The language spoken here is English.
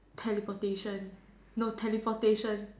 teleportation no teleportation